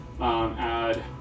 Add